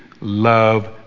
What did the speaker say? love